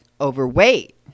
overweight